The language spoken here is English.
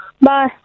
Bye